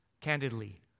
candidly